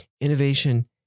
Innovation